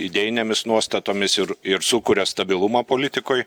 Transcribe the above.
idėjinėmis nuostatomis ir ir sukuria stabilumą politikoj